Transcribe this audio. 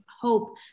hope